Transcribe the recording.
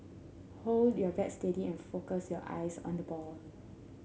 hold your bat steady and focus your eyes on the ball